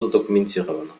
задокументировано